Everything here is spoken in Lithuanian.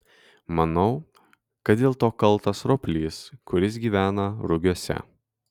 manau kad dėl to kaltas roplys kuris gyvena rugiuose